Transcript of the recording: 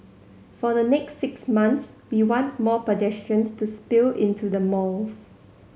for the next six months we want more pedestrians to spill into the malls